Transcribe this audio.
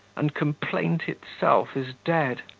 and complaint itself is dead.